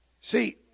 See